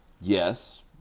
Yes